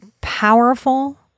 powerful